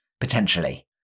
potentially